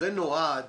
זה נועד